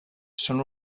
són